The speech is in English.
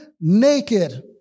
naked